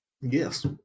yes